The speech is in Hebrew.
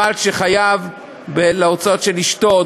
בעל שחייב להוצאות של אשתו,